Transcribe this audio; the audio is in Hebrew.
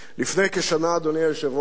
לפני כשנה, אדוני היושב-ראש,